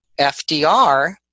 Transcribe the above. FDR